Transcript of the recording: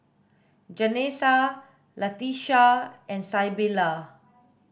Janessa Latesha and Sybilla